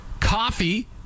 Coffee